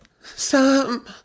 Sam